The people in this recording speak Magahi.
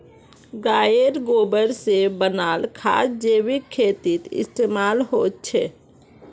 गायेर गोबर से बनाल खाद जैविक खेतीत इस्तेमाल होछे